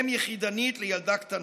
אם יחידנית לילדה קטנה.